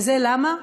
וזה למה?